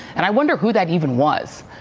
and i wonder who that even was.